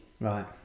Right